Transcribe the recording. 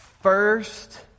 First